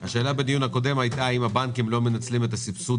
השאלה בדיון הקודם הייתה אם הבנקים לא מנצלים את הסבסוד